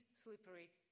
slippery